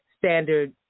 standard